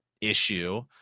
issue